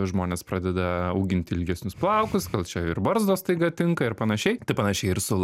žmonės pradeda auginti ilgesnius plaukus gal čia ir barzdos staiga tinka ir panašiai tai panašiai ir su la